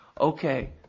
Okay